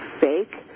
fake